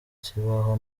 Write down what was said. kibaho